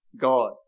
God